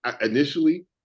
Initially